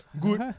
Good